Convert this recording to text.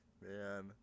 Man